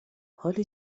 حالت